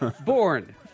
Born